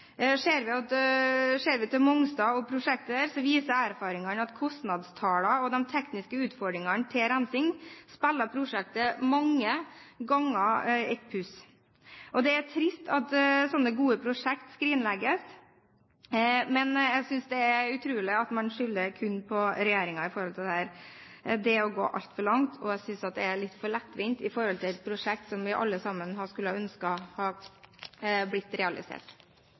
Ser vi til Mongstad og prosjektet der, viser erfaringene at kostnadstallene og de tekniske utfordringene til rensing mange ganger spiller prosjektet et puss. Det er trist at slike gode prosjekt skrinlegges, men jeg synes det er utrolig at man skylder kun på regjeringen når det gjelder dette. Det er å gå altfor langt, og jeg synes at det er litt for lettvint med tanke på et prosjekt som vi alle sammen skulle ønske hadde blitt realisert.